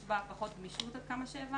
יש בה פחות גמישות, עד כמה שהבנתי.